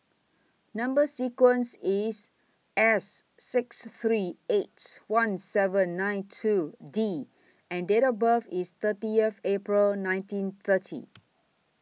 Number sequence IS S six three eight one seven nine two D and Date of birth IS thirty years April nineteen thirty